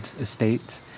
estate